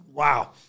Wow